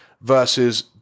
versus